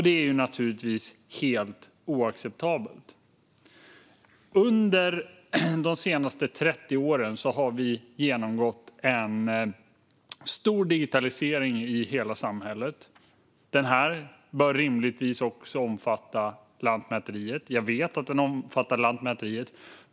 Det är naturligtvis helt oacceptabelt. Under de senaste 30 åren har vi genomgått en stor digitalisering i hela samhället. Den bör rimligtvis också omfatta Lantmäteriet - jag vet att den omfattar Lantmäteriet.